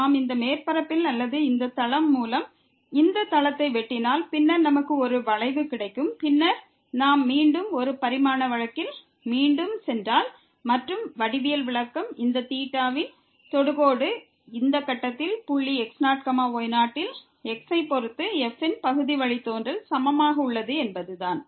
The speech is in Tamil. நாம் இந்த மேற்பரப்பில் அல்லது இந்த தளம் மூலம் இந்த தளத்தை வெட்டினால் பின்னர் நமக்கு ஒரு வளைவு கிடைக்கும் பின்னர் நாம் மீண்டும் ஒரு பரிமாண வழக்கில் மீண்டும் சென்றால் மற்றும் வடிவியல் விளக்கம் இந்த தீட்டாவின் தொடுகோடு இந்த கட்டத்தில் புள்ளி x0 y0 ல் x ஐ பொறுத்து f ன் பகுதி வழித்தோன்றல் சமமாக உள்ளது என்பது தான்